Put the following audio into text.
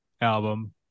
album